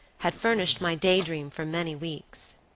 had furnished my day dream for many weeks.